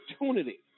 opportunity